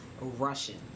Russian